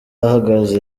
ahagaze